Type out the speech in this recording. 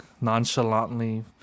nonchalantly